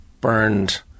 burned